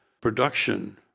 production